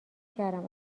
کردم